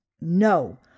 No